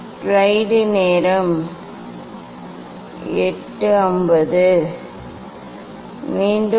இப்போது இந்த இரண்டையும் நடுவில் கொண்டு வாருங்கள்